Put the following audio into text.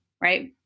right